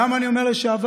למה אני אומר לשעבר?